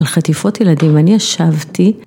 ‫על חטיפות ילדים, אני ישבתי...